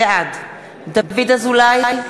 בעד דוד אזולאי,